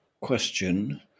question